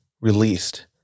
released